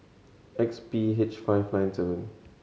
X P H five nine seven